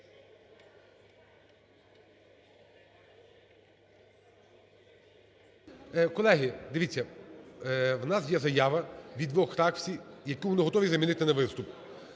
Колеги, дивіться, у нас є заява від двох фракцій, яку вони готові замінити на виступ.